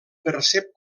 percep